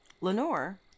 lenore